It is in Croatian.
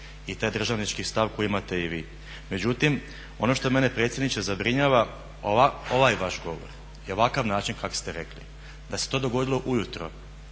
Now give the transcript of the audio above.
i taj državnički stav koji imate i vi. Međutim ono što mene predsjedniče zabrinjava ovaj vaš govor i ovakav način kako ste rekli, da se to dogodilo ujutro